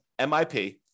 MIP